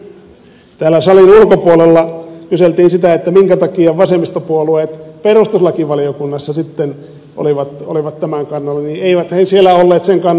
kun täällä salin ulkopuolella kyseltiin sitä minkä takia vasemmistopuolueet perustuslakivaliokunnassa sitten olivat tämän kannalla niin eivät ne siellä olleet sen kannalla